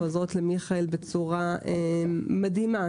עוזרות למיכאל בצורה מדהימה,